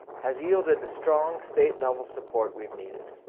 has yielded the strong state level support we've needed.